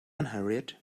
unhurried